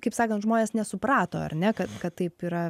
kaip sakant žmonės nesuprato ar ne kad kad taip yra